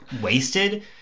wasted